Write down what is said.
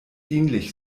dienlich